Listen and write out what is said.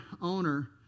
owner